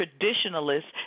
traditionalists